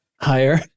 Higher